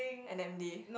N_M_D